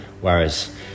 whereas